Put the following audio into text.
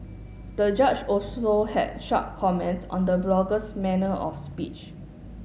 the judge also had sharp comments on the blogger's manner of speech